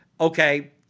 okay